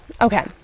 Okay